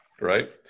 Right